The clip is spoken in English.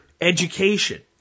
education